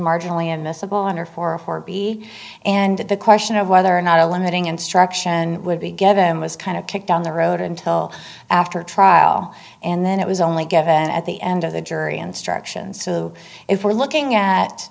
marginally admissible under for a forby and the question of whether or not a limiting instruction would be given was kind of kicked down the road until after trial and then it was only given at the end of the jury instructions so if we're looking at